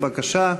בבקשה.